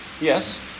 Yes